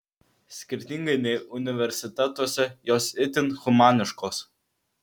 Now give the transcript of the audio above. skirtingai nei universitetuose jos itin humaniškos